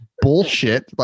bullshit